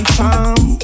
time